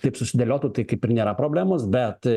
taip susidėliotų tai kaip ir nėra problemos bet